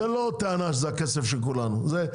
הטענה שזה הכסף של כולנו היא לא הטענה.